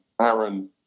Aaron